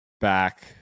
back